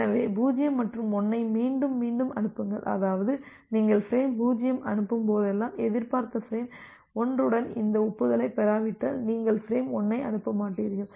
எனவே 0 மற்றும் 1ஐ மீண்டும் மீண்டும் அனுப்புங்கள் அதாவது நீங்கள் பிரேம் 0ஐ அனுப்பும் போதெல்லாம் எதிர்பார்த்த பிரேம் 1 உடன் இந்த ஒப்புதலைப் பெறாவிட்டால் நீங்கள் பிரேம் 1ஐ அனுப்ப மாட்டீர்கள்